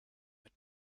mit